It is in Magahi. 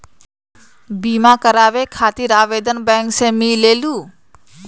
बिमा कराबे खातीर आवेदन बैंक से मिलेलु?